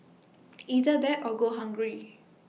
either that or go hungry